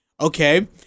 Okay